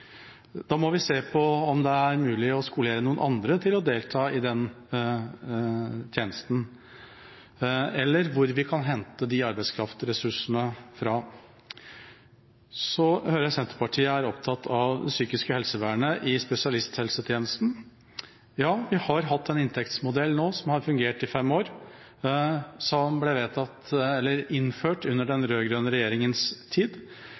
Da må vi se på om det er mulig å skolere noen andre til å delta i den tjenesten, eller hvor vi kan hente disse arbeidskraftressursene fra. Så hører jeg at Senterpartiet er opptatt av det psykiske helsevernet i spesialisthelsetjenesten. Vi har nå hatt en inntektsmodell som har fungert i fem år, som ble innført i den rød-grønne regjeringens tid.